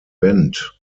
wendt